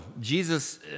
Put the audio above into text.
Jesus